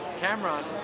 cameras